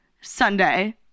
Sunday